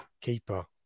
Keeper